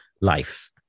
life